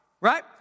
Right